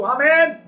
Amen